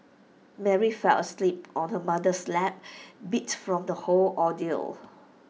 Mary fell asleep on her mother's lap beat from the whole ordeal